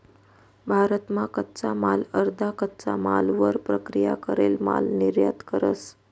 भारत मा कच्चा माल अर्धा कच्चा मालवर प्रक्रिया करेल माल निर्यात करस